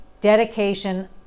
dedication